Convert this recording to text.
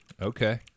Okay